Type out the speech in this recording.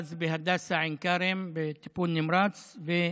אושפז בהדסה עין כרם בטיפול נמרץ, ונפטר,